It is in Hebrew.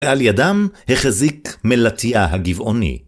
על ידם החזיק מלטיה הגבעוני.